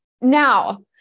Now